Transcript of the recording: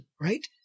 right